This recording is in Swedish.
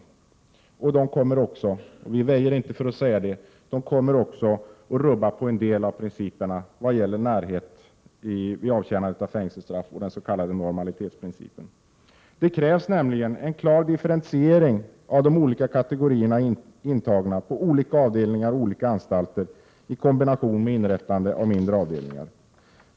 De åtgärderna kommer också — vi väjer inte för att säga det — att innebära att tillämpningen av närhetsprincipen och den s.k. normalitetsprincipen vid avtjänandet av fängelsestraff kommer att rubbas. Det krävs nämligen en klar differentiering av de olika kategorierna av intagna på olika avdelningar och olika anstalter i kombination med inrättande av mindre avdelningar.